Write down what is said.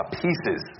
pieces